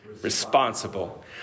Responsible